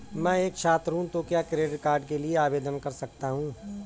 मैं एक छात्र हूँ तो क्या क्रेडिट कार्ड के लिए आवेदन कर सकता हूँ?